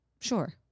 Sure